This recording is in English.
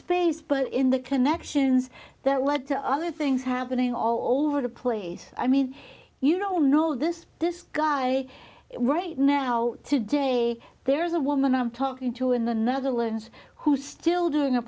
space but in the connections that led to other things happening all over the place i mean you know know this this guy right now to day there is a woman i'm talking to in the netherlands who still doing a